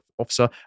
officer